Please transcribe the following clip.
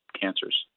cancers